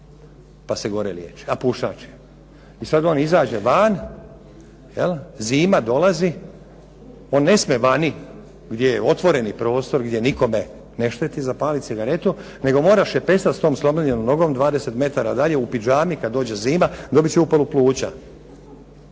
pa se gore liječi, a pušač je. I sad on izađe van, jel, zima dolazi, on ne smije vani gdje je otvoreni prostor, gdje nikome ne šteti zapaliti cigaretu, nego mora šepesati s tom slomljenom nogom 20 metara u pidžami kad dođe zima, dobit će upalu pluća.